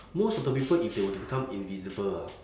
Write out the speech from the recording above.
most of the people if they were to become invisible ah